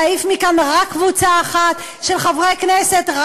להעיף מכאן רק קבוצה אחת של חברי כנסת,